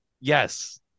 Yes